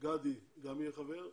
גדי גם יהיה חבר,